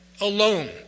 alone